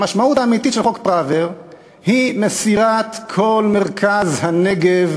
המשמעות האמיתית של חוק פראוור היא מסירת כל מרכז הנגב